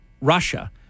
Russia